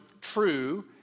true